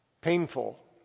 painful